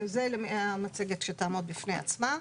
זו המצגת שתעמוד בפני עצמה.